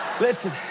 Listen